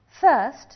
First